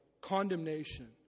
condemnation